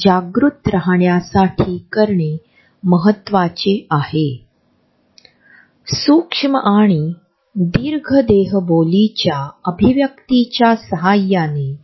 तशाच प्रकारे आपल्याला असेही आढळेल की द्विधा परिस्थितीतही आपल्याला एखादी व्यक्ती आवडल्यास आपण त्यांच्या जवळ जाण्याचा आपला कल असतो